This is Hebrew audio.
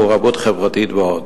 מעורבות חברתית ועוד.